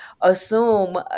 assume